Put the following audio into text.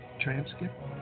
Transcript